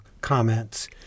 comments